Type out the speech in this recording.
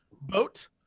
boat